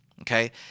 okay